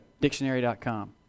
Dictionary.com